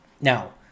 Now